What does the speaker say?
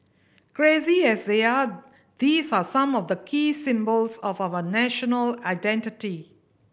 crazy as they are these are some of the key symbols of our national identity